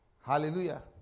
Hallelujah